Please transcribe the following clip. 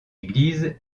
église